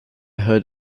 heard